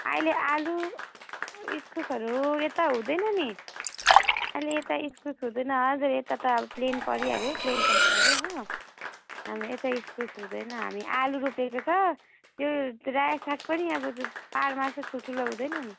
अहिले आलु इस्कुसहरू यता हुँदैन नि अहिले यता इस्कुस हुँदैन अझ यता त अब प्लेन परिहाल्यो प्लेन साइड पर्यो हो यता इस्कुस हुँदैन हामी आलु रोपेको छ यो रायोको साग पनि अब पाहाडमा जस्तो ठुल्ठुलो हुँदैन नि